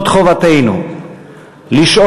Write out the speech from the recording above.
זו חובתנו,